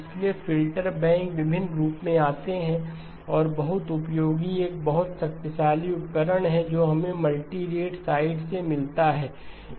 इसलिए filter bank विभिन्न रूपों में आते हैं और बहुत बहुत उपयोगी एक बहुत शक्तिशाली उपकरण है जो हमें मल्टीरेट साइड से मिलता है